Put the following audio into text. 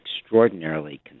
extraordinarily